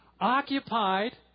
occupied